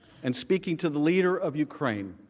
and speaking to the leader of ukraine,